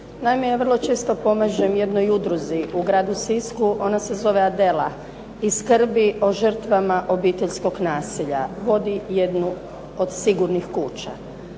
Naime, ja vrlo često pomažem jednoj udruzi u gradu Sisku, ona se zove "Adela" i skrbi o žrtvama obiteljskog nasilja. Vodi jednu od sigurnih kuća.